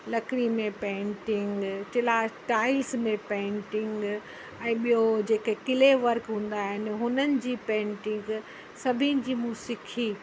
लकड़ी में पेंटिंग क्ला टाइल्स में पेंटिंग ऐं ॿियो जेके क्ले वर्क हूंदा आहिनि हुननि जी पेंटिंग सभिनि जी मूं सिखी